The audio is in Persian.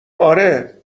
آره